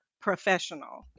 professional